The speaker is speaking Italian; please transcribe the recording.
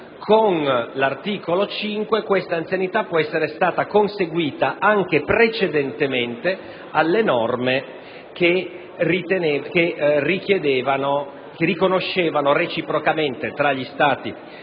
Con l'articolo 5 questa anzianità può essere stata conseguita anche precedentemente alle norme che riconoscevano reciprocamente tra gli Stati